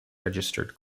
registered